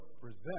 present